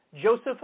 Joseph